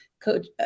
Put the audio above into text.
coach